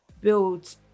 build